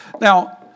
Now